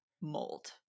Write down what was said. mold